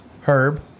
Herb